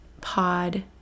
pod